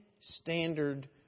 standard